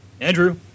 Andrew